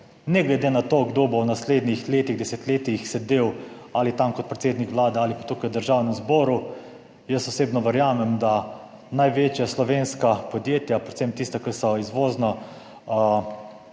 ne glede na to, kdo bo v naslednjih letih, desetletjih sedel ali tam kot predsednik Vlade ali pa tukaj v Državnem zboru, jaz osebno verjamem, da bodo največja slovenska podjetja, predvsem tista, ki so izvozno